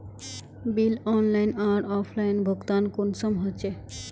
Bill online आर offline भुगतान कुंसम होचे?